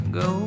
go